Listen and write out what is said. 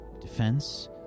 defense